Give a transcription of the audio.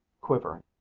quivering